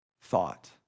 thought